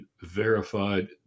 verified